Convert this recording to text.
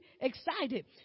excited